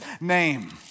name